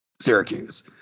Syracuse